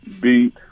beat